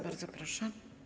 Bardzo proszę.